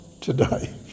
today